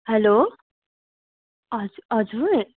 hello हजु हजुर